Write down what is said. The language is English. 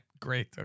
Great